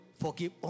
forgive